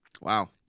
Wow